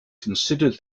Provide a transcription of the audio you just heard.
considered